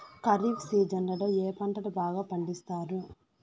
ఖరీఫ్ సీజన్లలో ఏ పంటలు బాగా పండిస్తారు